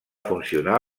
funcionar